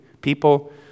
People